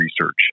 research